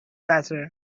better